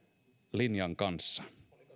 linjan kanssa